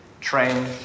train